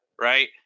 right